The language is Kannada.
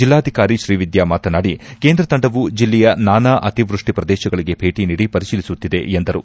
ಜಿಲ್ಲಾಧಿಕಾರಿ ಶ್ರೀವಿದ್ಯಾ ಮಾತನಾಡಿ ಕೇಂದ್ರ ತಂಡವು ಜಿಲ್ಲೆಯ ನಾನಾ ಅತಿವೃಷ್ಟಿ ಪ್ರದೇಶಗಳಿಗೆ ಭೇಟ ನೀಡಿ ಪರಿಶೀಲಿಸುತ್ತಿದೆ ಎಂದರು